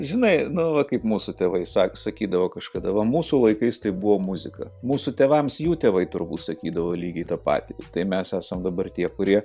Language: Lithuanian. žinai nu va kaip mūsų tėvai sa sakydavo kažkada va mūsų laikais tai buvo muzika mūsų tėvams jų tėvai turbūt sakydavo lygiai tą patį tai mes esam dabar tie kurie